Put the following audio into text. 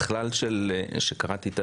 הבנתי את זה כשקראתי על